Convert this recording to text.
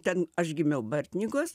ten aš gimiau bartninkuos